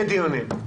יהיו דיונים.